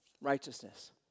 Righteousness